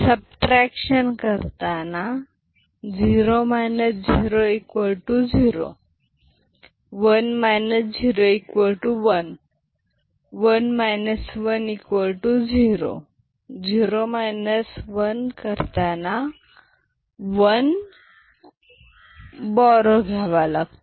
subtraction करताना 0 00 1 01 1 10 0 1 करताना 1 borrow घ्यावा लागेल